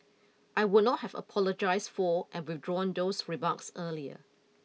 I would not have apologised for and withdrawn those remarks earlier